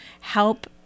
help